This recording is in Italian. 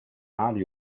ali